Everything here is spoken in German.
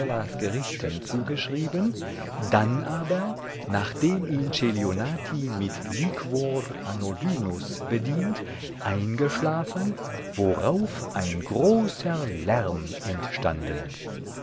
gerichten zugeschrieben dann aber nachdem ihn celionati mit liquor anodynus bedient eingeschlafen worauf ein großer lärm entstanden